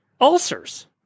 Ulcers